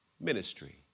ministry